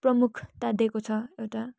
प्रमुखता दिएको छ एउटा